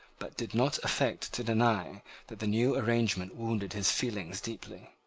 but did not affect to deny that the new arrangement wounded his feelings deeply.